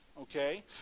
Okay